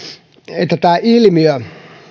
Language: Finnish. että tämä ilmiö